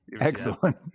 excellent